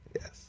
Yes